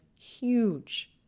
huge